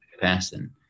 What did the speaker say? person